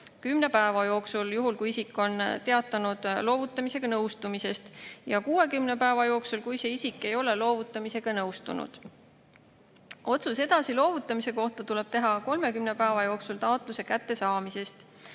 10 päeva jooksul, juhul kui isik on teatanud loovutamisega nõustumisest, ja 60 päeva jooksul, kui see isik ei ole loovutamisega nõustunud. Otsus edasi loovutamise kohta tuleb teha 30 päeva jooksul taotluse kättesaamisest.